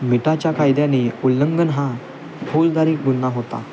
मिठाच्या कायद्यानी उल्लंघन हा फौजदारी गुन्हा होता